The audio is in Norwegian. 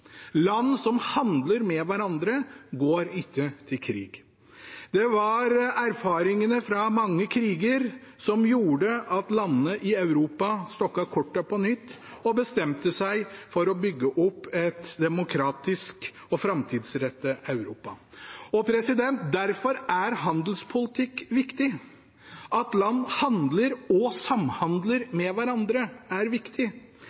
Land som handler med hverandre, går ikke til krig. Det var erfaringene fra mange kriger som gjorde at landene i Europa stokket kortene på nytt og bestemte seg for å bygge opp et demokratisk og framtidsrettet Europa. Derfor er handelspolitikk viktig. At land handler og samhandler med hverandre, er viktig.